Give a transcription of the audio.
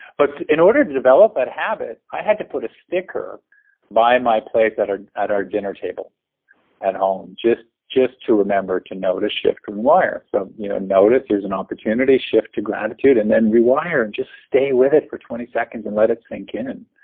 but in order to develop that habit, i had to put a sticker by my place at our at our dinner table at home just just to remember to notice, shift, rewire, so you know notice here's an opportunity, shift to gratitude, and then rewire. just stay with it for twenty seconds and let it sink in.